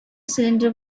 cylinder